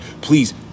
please